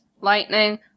Lightning